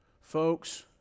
Folks